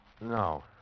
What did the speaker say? no